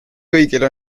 kõigil